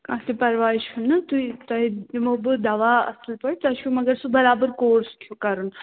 اَچھا پرواے چھُ نہٕ تُہۍ تۄہہِ دِمو بہٕ دوا اَصٕل پٲٹھۍ تۄہہِ چھُو مگر سُہ برابر کوٚرُس کھیٚو کَرُن